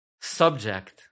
subject